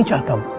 uncle.